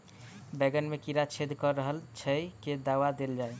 बैंगन मे कीड़ा छेद कऽ रहल एछ केँ दवा देल जाएँ?